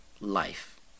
life